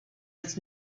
its